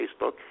Facebook